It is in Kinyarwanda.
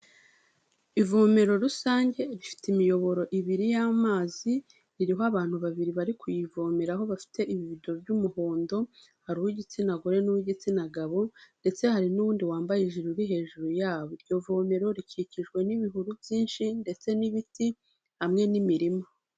Ivomero rusange rifite imiyoboro ibiri y'amazi, ririho abantu babiri bari kuyivomeraho bafite ibivido by'umuhondo, hari uw'igitsina gore n'uw'igitsina gabo ndetse hari n'uwundi wambaye ijire uri hejuru yabo, iryo vomero rikikijwe n'ibihuru byinshi ndetse n'ibiti hamwe n'imirima.